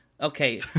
Okay